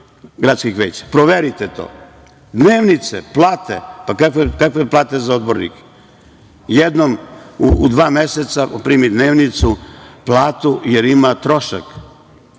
gradskih veća. Proverite to. Dnevnice, plate. Pa, kakve plate za odbornike? Jednom u dva meseca on primi dnevnicu, platu, jer ima trošak.